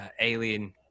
alien